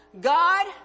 God